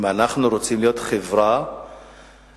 אם אנחנו רוצים להיות חברה מתקדמת,